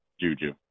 Juju